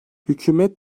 hükümet